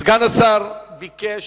סגן השר ביקש,